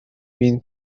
been